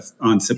on